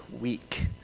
week